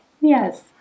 Yes